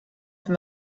from